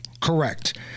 Correct